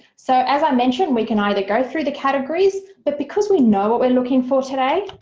so as i mentioned we can either go through the categories but because we know what we're looking for today